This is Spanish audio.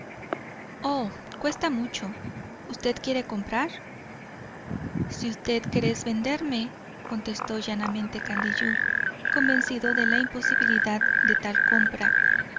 cuesta mucho usted quiere comprar si usted querés venderme contestó llanamente candiyú convencido de la imposibilidad de tal compra